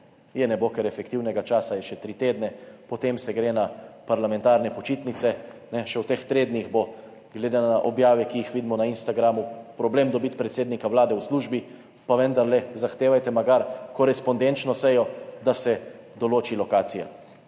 je ne bo, ker je efektivnega časa še tri tedne, potem se gre na parlamentarne počitnice. Še v teh tednih bo glede na objave, ki jih vidimo na Instagramu, problem dobiti predsednika Vlade v službi, pa vendarle zahtevajte vsaj korespondenčno sejo, da se določi lokacija.